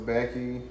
Becky